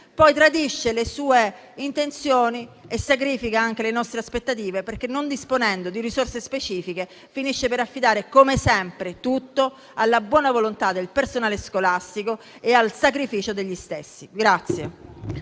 poi tradisce le sue intenzioni e sacrifica anche le nostre aspettative; non disponendo di risorse specifiche, finisce per affidare come sempre tutto alla buona volontà del personale scolastico e al sacrificio dello stesso.